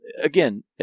Again